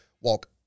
walk